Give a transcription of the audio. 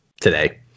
today